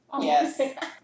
Yes